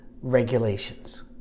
regulations